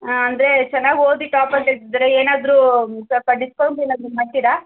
ಹಾಂ ಅಂದರೆ ಚೆನ್ನಾಗಿ ಓದಿ ಟಾಪ್ ತೆಗೆದ್ರೆ ಏನಾದರೂ ಸ್ವಲ್ಪ ಡಿಸ್ಕೌಂಟ್ ಏನಾದರೂ ಮಾಡ್ತೀರಾ